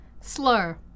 slur